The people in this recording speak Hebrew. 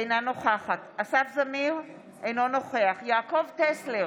אינה נוכחת אסף זמיר, אינו נוכח יעקב טסלר,